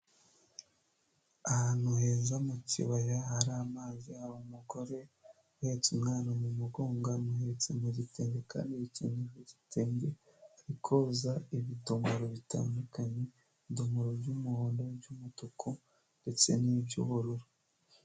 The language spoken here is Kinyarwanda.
Ahantu heza mu kibaya hari amazi haba umugore uhetse umwana mu mugongo muhetse mu gitenge kandi akenyeye igitenge ari koza ibidomoro bitandukanye ibidomoro by'umuhondo by'umutuku ndetse n'ibyubururu.